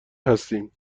هستیم